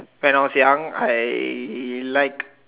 when I was young I like